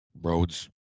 roads